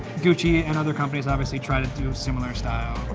gucci and other companies, obviously, try to do a similar style.